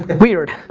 weird.